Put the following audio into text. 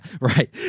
right